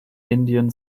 indian